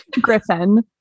Griffin